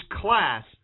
class